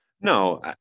No